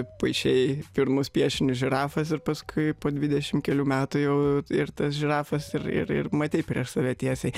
paišei pirmus piešinius žirafas ir paskui po dvidešimt kelių metų jau ir tas žirafas ir ir ir matei prieš save tiesiai